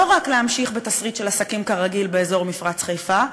לא רק להמשיך בתסריט של עסקים כרגיל באזור מפרץ חיפה,